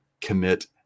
commit